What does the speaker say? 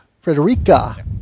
Frederica